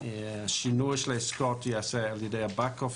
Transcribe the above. והשינוי של העסקאות ייעשה על-ידי back office